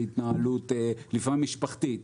שהיא לפעמים התנהלות משפחתית,